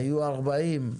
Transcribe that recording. היו 40,